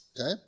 okay